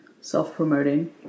self-promoting